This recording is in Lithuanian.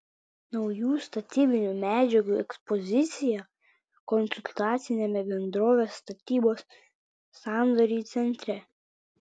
naujų statybinių medžiagų ekspozicija konsultaciniame bendrovės statybos sandoriai centre